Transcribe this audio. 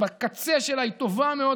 בקצה שלה היא טובה מאוד,